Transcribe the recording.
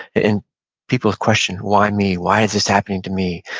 and people question, why me? why is this happening to me?